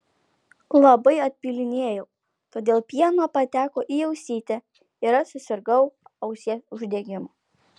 labai atpylinėjau todėl pieno pateko į ausytę ir aš susirgau ausies uždegimu